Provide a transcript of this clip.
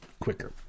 quicker